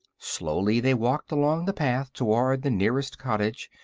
slowly they walked along the path toward the nearest cottage,